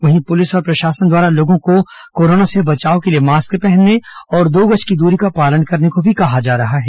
वहीं पुलिस और प्रशासन द्वारा लोगों को कोरोना से बचाव के लिए मास्क पहनने और दो गज की दूरी का पालन करने को भी कहा जा रहा है